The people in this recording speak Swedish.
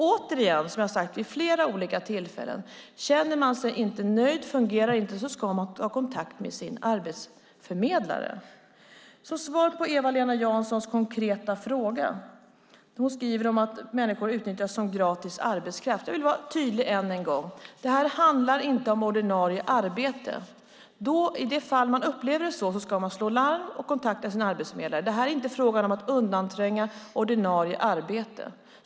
Återigen, som jag har sagt vid flera olika tillfällen: Känner man sig inte nöjd och det inte fungerar ska man ta kontakt med sin arbetsförmedlare. Jag ska svara på Eva-Lena Janssons konkreta fråga. Hon skriver att människor utnyttjas som gratis arbetskraft. Jag vill vara tydlig än en gång. Detta handlar inte om ordinarie arbete. I det fall man upplever det så ska man slå larm och kontakta sin arbetsförmedlare. Detta är inte fråga om att undantränga ordinarie arbete.